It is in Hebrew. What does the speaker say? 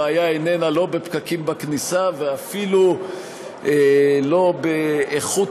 הבעיה היא לא בפקקים בכניסה ואפילו לא באיכות